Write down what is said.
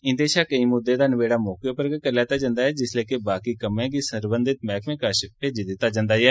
इन्दे शा केंई मुद्दे दा नबेड़ा मौके उप्पर करी लैता जंदा ऐ जिसलै के बाकी कम्मै गी सरबंधित मैहकमें कश भेजी दित्ता जंदा ऐ